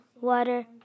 water